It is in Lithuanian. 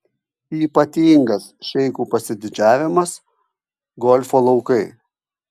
ypatingas šeichų pasididžiavimas golfo laukai